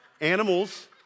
Animals